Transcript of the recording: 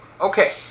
Okay